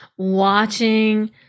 watching